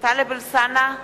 טלב אלסאנע,